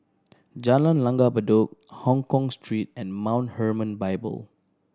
Jalan Langgar Bedok Hongkong Street and Mount Hermon Bible